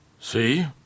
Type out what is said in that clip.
See